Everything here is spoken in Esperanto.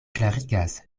klarigas